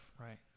Right